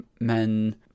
men